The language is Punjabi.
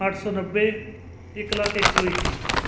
ਅੱਠ ਸੌ ਨੱਬੇ ਇੱਕ ਲੱਖ ਇੱਕ ਸੌ ਇੱਕੀ